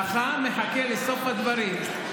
חכם מחכה לסוף הדברים.